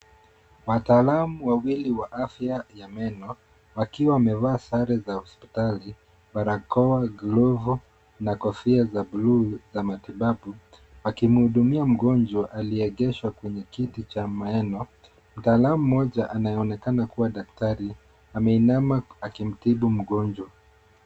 Wataalam wawili wa afya ya meno wakiwa wamevaa sare za hospitali:barakoa, glavu na kofia za bluu za matibabu akimhudumia mgonjwa aliyeketi kwenya kiti cha meno. Mtaalam mmoja anaonekana kuwa daktari ameinama akimtibu mgonjwa.